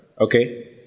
Okay